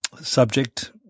subject